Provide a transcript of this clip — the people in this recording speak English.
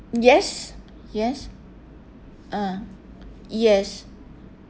yes yes ah yes